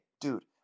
dude